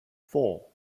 four